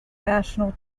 national